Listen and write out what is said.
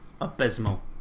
abysmal